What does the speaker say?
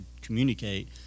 communicate